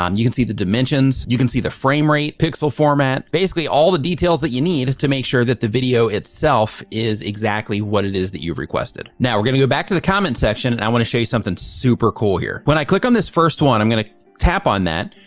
um you can see the dimensions, you can see the frame rate, pixel format, basically all the details that you need to make sure that the video itself is exactly what it is that you've requested. now, we're gonna go back to the comment section and i want to show you something super cool here. when i click on this first one, i'm gonna tap on that.